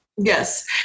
Yes